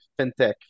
fintech